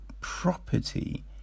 property